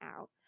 out